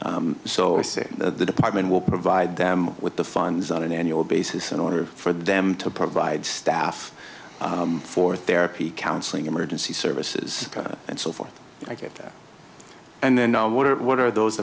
so the department will provide them with the funds on an annual basis in order for them to provide staff for therapy counseling emergency services and so forth i get that and then i wonder what are those